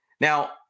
Now